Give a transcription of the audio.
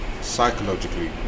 psychologically